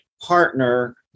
partner